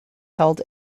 held